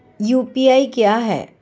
UPI क्या है?